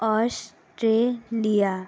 Australia